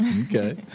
Okay